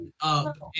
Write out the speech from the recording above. up